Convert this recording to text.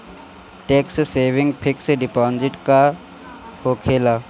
Tax saving fix deposit का होखे ला?